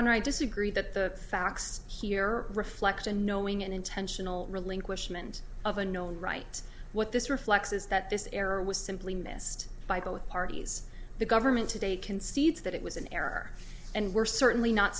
honor i disagree that the facts here reflect a knowing and intentional relinquishment of a no right what this reflects is that this error was simply missed by both parties the government today concedes that it was an error and we're certainly not